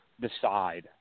decide